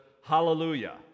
hallelujah